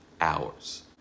hours